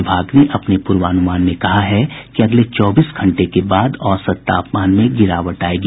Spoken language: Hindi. विभाग ने अपने पूर्वानुमान में कहा है कि अगले चौबीस घंटे के बाद औसत तापमान में गिरावट आयेगी